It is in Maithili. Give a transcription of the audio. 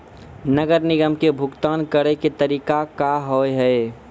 नगर निगम के भुगतान करे के तरीका का हाव हाई?